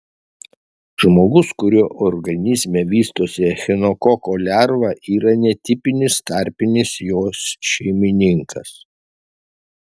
žmogus kurio organizme vystosi echinokoko lerva yra netipinis tarpinis jos šeimininkas